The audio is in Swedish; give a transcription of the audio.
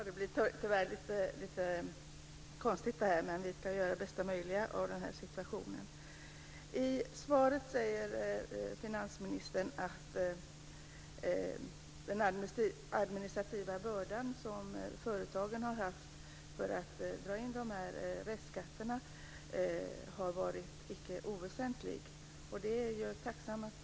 Fru talman! Det här blev tyvärr lite konstigt, men vi ska göra det bästa möjliga av situationen. I svaret säger finansministern att den börda som det har inneburit för företagen att administrera restskatterna har varit icke oväsentlig. Det var ju tacksamt.